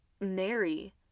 Mary